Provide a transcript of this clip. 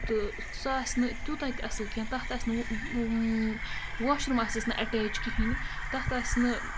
تہٕ سُہ آسہِ نہٕ تیوٗتاہ تہِ اَصٕل کیٚنٛہہ تَتھ آسہِ نہٕ واش روٗم آسٮ۪س نہٕ ایٹیچ کِہیٖنۍ تَتھ آسہِ نہٕ